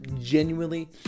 genuinely